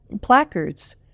placards